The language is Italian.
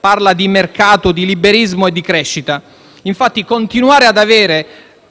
parla di mercato, di liberismo e di crescita. Infatti, continuare ad avere